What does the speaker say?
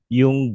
yung